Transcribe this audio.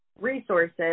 resources